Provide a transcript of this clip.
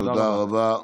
תודה רבה.